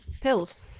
pills